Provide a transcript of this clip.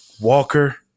Walker –